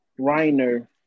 Reiner